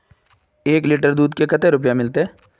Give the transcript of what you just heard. एक लीटर दूध के कते रुपया मिलते?